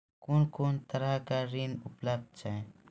कून कून तरहक ऋण उपलब्ध छै?